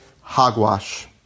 hogwash